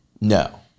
No